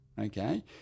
okay